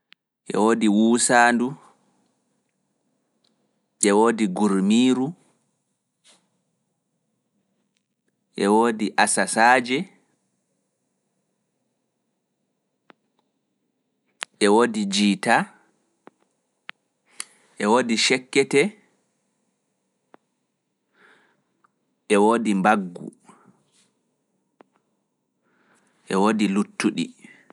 E woodi wuusaandu, ɗe woodi ɓurmiiru, ɗe woodi asasaaje, ɗe woodi jiita, ɗe woodi cekketee, ɗe woodi mbaggu, ɗe woodi luuttuɗi.